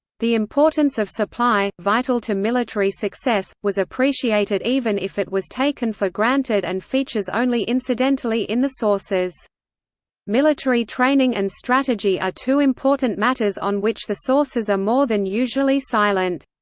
the importance of supply, vital to military success, was appreciated even if it was taken for granted and features only incidentally in the sources military training and strategy are two important matters on which the sources are more than usually silent.